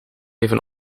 even